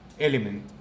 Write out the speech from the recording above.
element